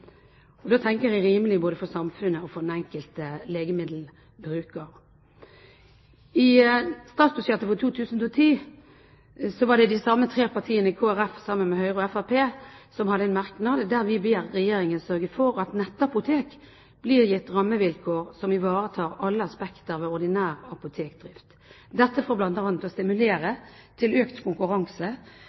og da tenker jeg rimelig både for samfunnet og for den enkelte legemiddelbruker. I statsbudsjettet for 2010 var det de samme tre partiene, Kristelig Folkeparti sammen med Høyre og Fremskrittspartiet, som hadde en merknad der vi ber Regjeringen sørge for at nettapotek blir gitt rammevilkår som ivaretar alle spekter ved ordinær apotekdrift, dette for bl.a. å stimulere til økt konkurranse,